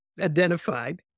identified